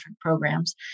programs